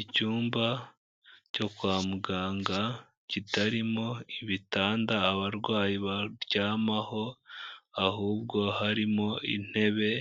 Icyumba cyo kwa muganga kitarimo ibitanda abarwayi baryamaho, ahubwo harimo intebe